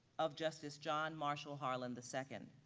of justice john marshall harlan the second.